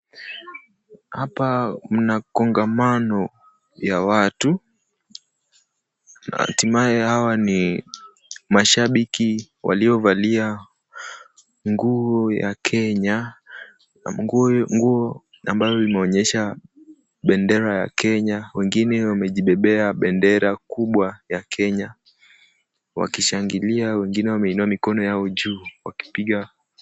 Hapa mna kongamano ya watu na hatimaye hawa ni mashabiki waliovalia nguo ya Kenya. Nguo ambayo inaonyesha bendera ya Kenya. Wengine wamejibebeba bendera kubwa ya Kenya wakishangilia, wengine wameinua mikono yao juu wakipiga.